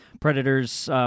Predators